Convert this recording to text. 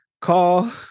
call